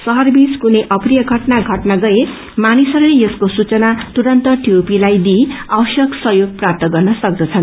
सुरक्षित कुनै अप्रिय घअना घटन गए मानिसहस्ले यसको सुचना तुरन्त टिओपी लाई दिई आवश्यक सहयोग प्राप्त गर्न सक्छन्